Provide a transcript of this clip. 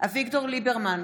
אביגדור ליברמן,